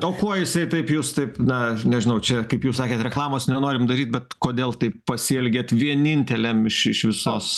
o kuo jisai taip jus taip na nežinau čia kaip jūs sakėt reklamos nenorim daryt bet kodėl taip pasielgėt vieninteliam iš iš visos